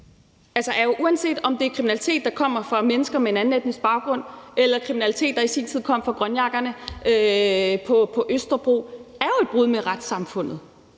uanset om det er kriminalitet, der kommer fra mennesker med en anden etnisk baggrund, eller kriminalitet, der i sin tid kom fra grønjakkerne på Østerbro, er et brud på retssamfundet,